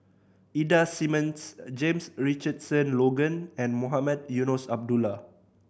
Ida Simmons James Richardson Logan and Mohamed Eunos Abdullah